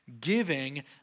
Giving